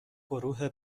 گروه